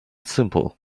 simple